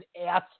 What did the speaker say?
ass